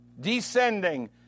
descending